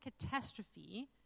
catastrophe